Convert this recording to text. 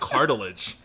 Cartilage